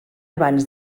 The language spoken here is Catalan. abans